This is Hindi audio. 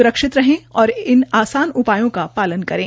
सुरक्षित रहें और इन आसान उपायों का पालन करें